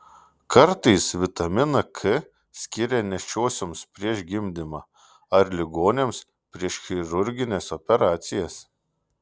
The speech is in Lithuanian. kartais vitaminą k skiria nėščiosioms prieš gimdymą ar ligoniams prieš chirurgines operacijas